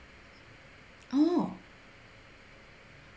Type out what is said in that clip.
oh